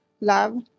love